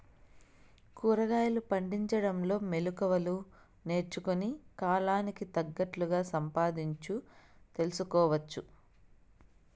కూరగాయలు పండించడంలో మెళకువలు నేర్చుకుని, కాలానికి తగినట్లు సంపాదించు తెలుసుకోవచ్చు